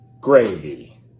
gravy